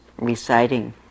reciting